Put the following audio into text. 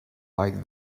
like